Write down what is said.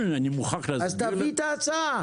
אז תביא את ההצעה.